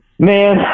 Man